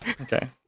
Okay